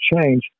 change